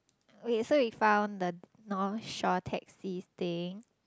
wait so we found the North Shore taxi thing